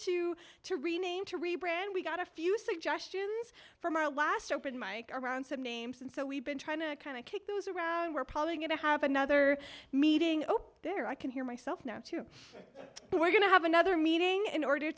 to to rename to rebrand we got a few suggestions from our last open mike around said names and so we've been trying to kind of kick those around we're probably going to have another meeting oh there i can hear myself now too we're going to have another meeting in order